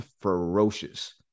ferocious